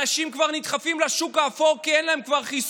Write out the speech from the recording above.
אנשים כבר נדחפים לשוק האפור כי אין להם חסכונות,